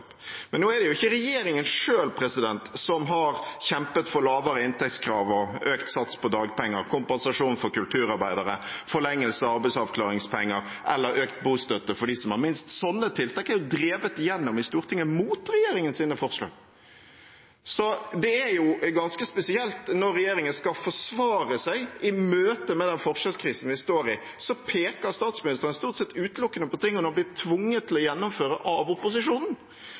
Men nå er det jo ikke regjeringen selv som har kjempet for lavere inntektskrav og økt sats på dagpenger, kompensasjon for kulturarbeidere, forlengelse av arbeidsavklaringspenger eller økt bostøtte for dem som har minst. Sånne tiltak er drevet gjennom i Stortinget mot regjeringens forslag. Så det er ganske spesielt at når regjeringen skal forsvare seg i møte med den forskjellskrisen vi står i, peker statsministeren stort sett utelukkende på ting hun har blitt tvunget til å gjennomføre av opposisjonen.